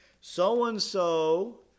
So-and-so